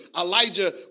Elijah